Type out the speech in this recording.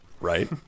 Right